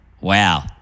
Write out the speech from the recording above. Wow